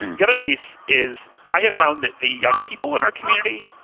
the other piece is i have found that the young people in our community,